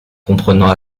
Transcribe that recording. comprenant